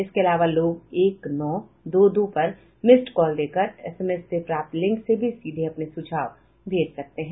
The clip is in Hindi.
इसके अलावा लोग एक नौ दो दो पर मिस्ड कॉल दे कर एसएमएस से प्राप्त लिंक से भी सीधे अपने सुझाव भेज सकते हैं